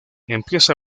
empieza